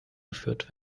geführt